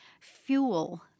fuel